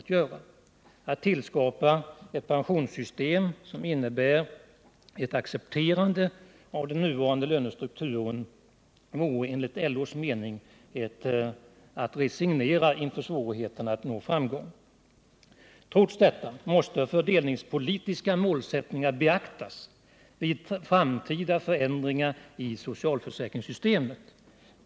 Att tillskapa ett pensionssystem som innebär ett accepterande av den nuvarande lönestrukturen vore enligt LO:s mening att resignera inför svårigheterna att nå framgång. Trots detta måste fördelningspolitiska målsättningar beaktas vid framtida förändringar i socialförsäkringssystemet.